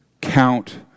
count